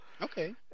Okay